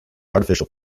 artificial